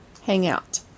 Hangout